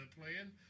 playing